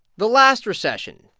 the last recession,